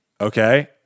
Okay